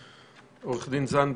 עורך הדין זנדברג,